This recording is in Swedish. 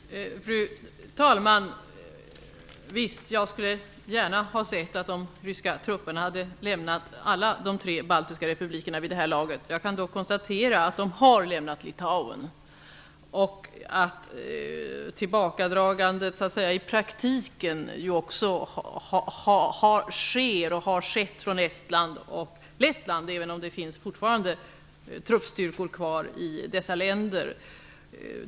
Fru talman! Visst! Jag skulle gärna ha sett att de ryska trupperna hade lämnat alla de tre baltiska republikerna vid det här laget. Jag kan dock konstatera att de har lämnat Litauen och att tillbakadragandet så att säga också i praktiken sker och har skett från Estland och Lettland, även om det fortfarande finns truppstyrkor kvar i dessa länder.